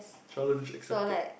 challenge accepted